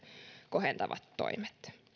kohentavat toimet